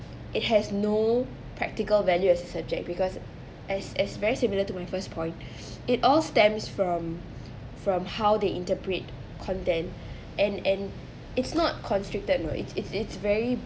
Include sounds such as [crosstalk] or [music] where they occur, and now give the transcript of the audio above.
it has no practical value as a subject because as as very similar to my first point [breath] it all stems from from how they interpret content and and it's not constricted you know it's it's it's very